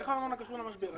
איך הארנונה קשורה למשבר?